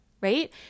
right